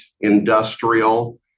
industrial